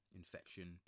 infection